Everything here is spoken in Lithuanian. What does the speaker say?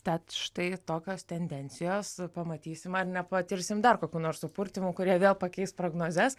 tad štai tokios tendencijos pamatysim ar nepatirsim dar kokių nors supurtymų kurie vėl pakeis prognozes